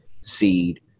seed